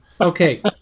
okay